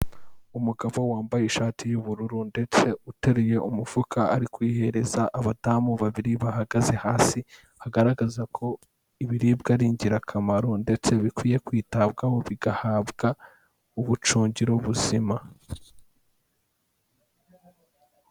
Umugabo wambaye ishati y'ubururu ndetse uteruriye umufuka ari kuyihereza abadamu babiri bahagaze hasi agaragaza ko ibiribwa ari ingirakamaro ndetse bikwiye kwitabwaho bigahabwa ubucungiro buzima.